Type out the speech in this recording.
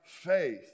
faith